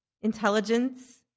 intelligence